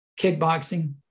kickboxing